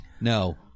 No